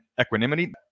equanimity